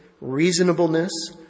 reasonableness